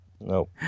No